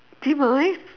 demise